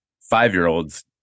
five-year-olds